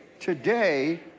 today